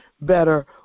better